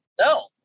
no